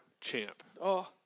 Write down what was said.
champ